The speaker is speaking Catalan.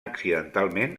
accidentalment